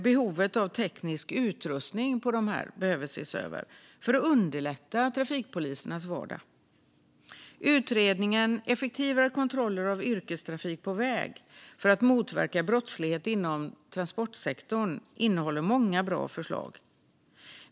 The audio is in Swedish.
Behovet av teknisk utrustning på dem behöver ses över för att underlätta trafikpolisernas vardag. Betänkandet från Utredningen om effektivare kontroller av yrkestrafik på väg innehåller många bra förslag för att motverka brottslighet inom transportsektorn.